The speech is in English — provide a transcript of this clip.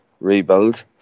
rebuild